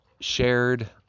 shared